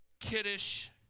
kiddish